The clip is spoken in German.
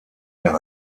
der